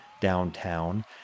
downtown